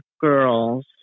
girls